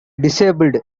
disabled